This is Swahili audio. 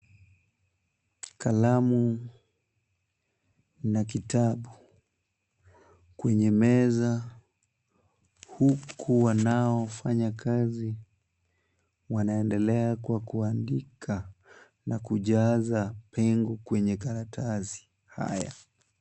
Kalamu na kitabu kwenye meza huku wanaofanya kazi wanaendelea kwa kuandika na kujaza pengo kwenye karatasi haya.